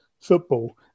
football